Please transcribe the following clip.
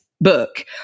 book